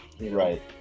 right